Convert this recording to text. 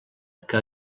que